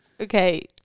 Okay